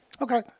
Okay